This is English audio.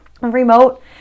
remote